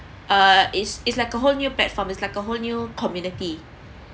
uh it's it's like a whole new platform it's like a whole new community